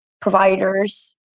providers